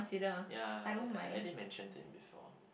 ya I did mentioned to him before